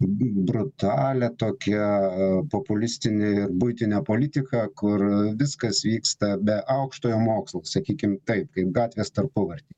brutalią tokią populistinį buitinę politiką kur viskas vyksta be aukštojo mokslo sakykim taip kaip gatvės tarpuvartėj